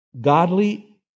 godly